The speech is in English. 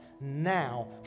now